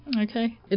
okay